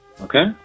Okay